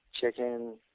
chicken